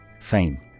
Fame